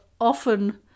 often